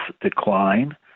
decline